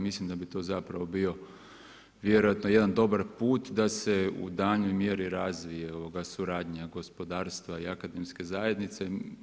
Mislim da bi to zapravo bio vjerojatno dobar put da se u daljnjoj mjeri razvije suradnja gospodarstva i akademske zajednice.